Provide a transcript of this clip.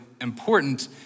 important